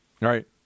Right